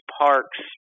park's